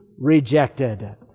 rejected